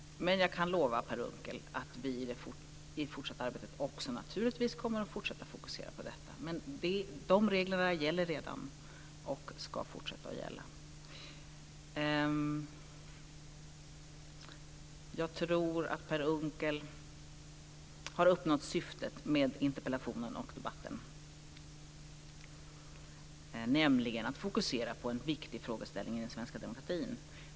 Jag kan lova Per Unckel att vi i det fortsatta arbetet naturligtvis kommer att fokusera detta. Men dessa regler finns redan och de ska fortsätta att gälla. Jag tror att Per Unckel har uppnått sitt syfte med interpellationen och debatten här i dag, nämligen att fokusera en viktig frågeställning i den svenska demokratin.